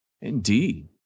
Indeed